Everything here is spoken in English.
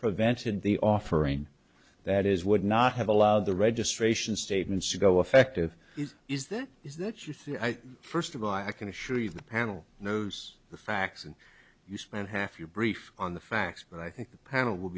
prevented the offering that is would not have allowed the registration statements you go effective is that is that you think first of all i can assure you the panel knows the facts and you spend half your brief on the facts but i think the panel will